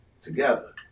together